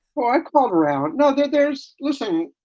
far? i called around. no, there there's. listen,